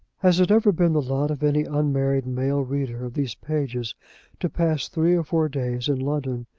has it ever been the lot of any unmarried male reader of these pages to pass three or four days in london,